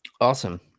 Awesome